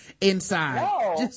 inside